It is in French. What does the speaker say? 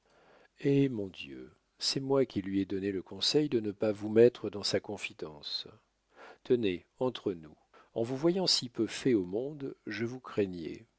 eh mon dieu c'est moi qui lui ai donné le conseil de ne pas vous mettre dans sa confidence tenez entre nous en vous voyant si peu fait au monde je vous craignais